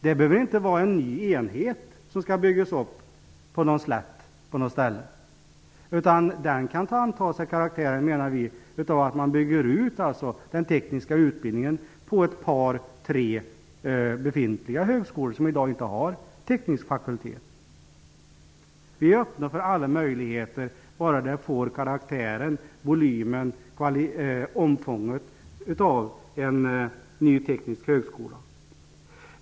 Det behöver inte vara en ny enhet som skall byggas upp på någon slätt någonstans. Den kan anta karaktären, menar vi, av att man bygger ut den tekniska utbildningen på ett par tre befintliga högskolor som i dag inte har teknisk fakultet. Vi är öppna för alla möjligheter bara de får karaktären, volymen, omfånget av en ny teknisk högskola.